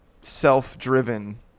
self-driven